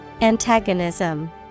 Antagonism